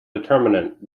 determinant